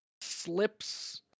slips